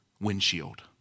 windshield